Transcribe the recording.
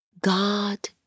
God